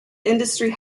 industrial